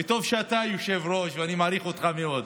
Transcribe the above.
וטוב שאתה היושב-ראש, ואני מעריך אותך מאוד: